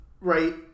right